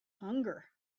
hunger